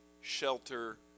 shelter